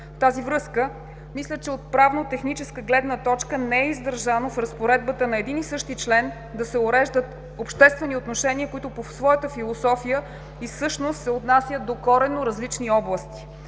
тази връзка мисля, че от правно-техническа гледна точка не е издържано в Разпоредбата на един и същи член да се уреждат обществени отношения, които по своята философия и същност, се отнасят до коренно различни области.